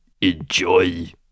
Enjoy